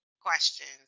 questions